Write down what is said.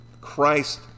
christ